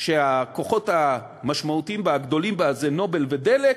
שהכוחות המשמעותיים והגדולים בה זה "נובל" ו"דלק",